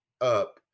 up